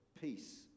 peace